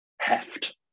heft